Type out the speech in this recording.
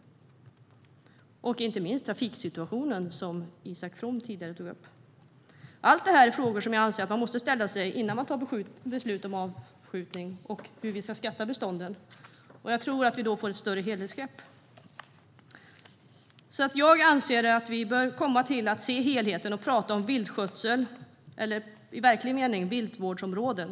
Det handlar inte minst om trafiksituationen, som Isak From tidigare tog upp. Allt detta är frågor som jag anser att man måste ställa sig innan man fattar beslut om avskjutning och hur vi ska skatta bestånden. Jag tror att vi då får ett större helhetsgrepp. Jag anser att vi bör komma fram till att se helheten och prata om viltskötselområden eller i verklig mening viltvårdsområden.